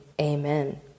Amen